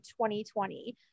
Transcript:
2020